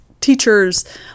teachers